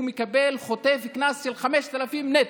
הוא חוטף קנס של 5,000 נטו,